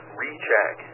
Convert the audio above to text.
recheck